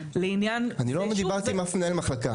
לעניין --- אני לא דיברתי עם אף מנהל מחלקה.